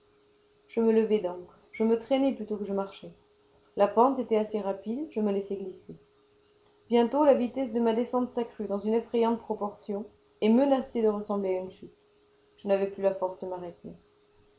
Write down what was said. je me levai donc je me traînai plutôt que je ne marchai la pente était assez rapide je me laissai glisser bientôt la vitesse de ma descente s'accrut dans une effrayante proportion et menaçait de ressembler à une chute je n'avais plus la force de m'arrêter